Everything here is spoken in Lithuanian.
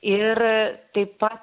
ir taip pat